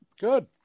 Good